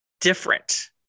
different